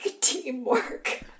teamwork